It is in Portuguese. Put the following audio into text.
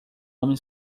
homem